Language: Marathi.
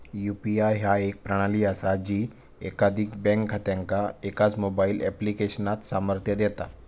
यू.पी.आय ह्या एक प्रणाली असा जी एकाधिक बँक खात्यांका एकाच मोबाईल ऍप्लिकेशनात सामर्थ्य देता